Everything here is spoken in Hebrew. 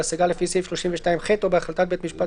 בהשגה לפי סעיף 32ח או בהחלטת בית משפט